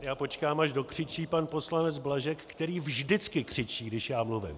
Já počkám, až dokřičí pan poslanec Blažek, který vždycky křičí, když já mluvím.